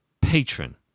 patron